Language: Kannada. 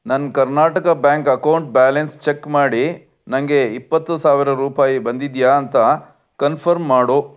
ನನ್ನ Karnataka bank account balance check ಮಾಡಿ ನನಗೆ ಇಪ್ಪತ್ತು ಸಾವಿರ ರೂಪಾಯಿ ಬಂದಿದೆಯಾ ಅಂತ ಕನ್ಫರ್ಮ್ ಮಾಡು